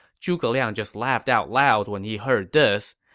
zhuge liang just laughed out loud when he heard this.